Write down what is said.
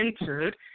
entered